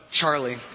Charlie